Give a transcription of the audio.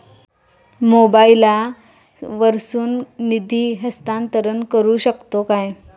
मोबाईला वर्सून निधी हस्तांतरण करू शकतो काय?